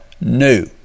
new